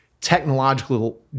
technological